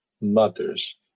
mothers